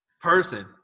person